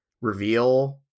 reveal